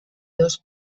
dos